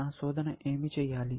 నా శోధన ఏమి చేయాలి